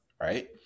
Right